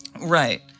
Right